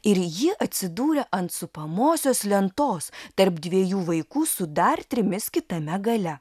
ir ji atsidūrė ant supamosios lentos tarp dviejų vaikų su dar trimis kitame gale